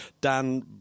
Dan